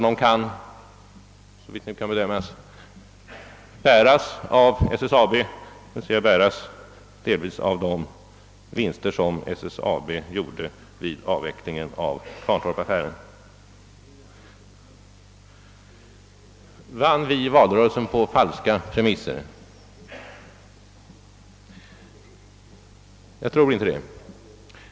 De kan delvis bäras av SSAB genom de vinster som SSAB gjorde vid avvecklingen av Kvarntorp. Vann vi valrörelsen på falska premisser? Jag tror inte det.